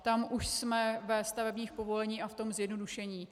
Tam už jsme ve stavebních povoleních a v tom zjednodušení.